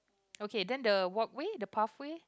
okay then the walkway the pathway